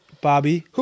Bobby